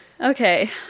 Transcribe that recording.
Okay